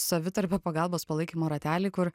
savitarpio pagalbos palaikymo ratelį kur